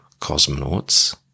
cosmonauts